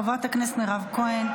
חברת הכנסת מירב כהן.